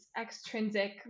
extrinsic